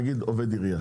נגיד עובד עירייה.